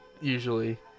usually